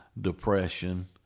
depression